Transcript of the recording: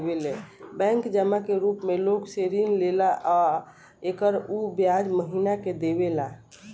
bank जमा के रूप मे लोग से ऋण लेला आ एकर उ ब्याज हमनी के देवेला